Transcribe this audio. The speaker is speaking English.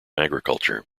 agriculture